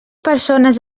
persones